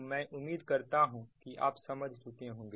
मैं उम्मीद करता हूं कि आप समझ चुके होंगे